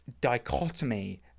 dichotomy